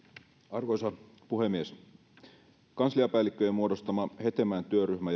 arvoisa puhemies kansliapäällikköjen muodostama hetemäen työryhmä